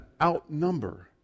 outnumber